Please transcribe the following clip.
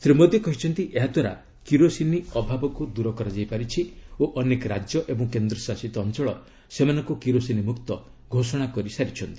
ଶ୍ରୀ ମୋଦୀ କହିଛନ୍ତି ଏହାଦ୍ୱାରା କିରୋସିନ ଅଭାବକୁ ଦର କରାଯାଇ ପାରିଛି ଓ ଅନେକ ରାଜ୍ୟ ଏବଂ କେନ୍ଦ୍ରଶାସିତ ଅଞ୍ଚଳ ସେମାନଙ୍କୁ କିରୋସିନ ମୁକ୍ତ ଘୋଷଣା କରିପାରିଛନ୍ତି